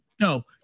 No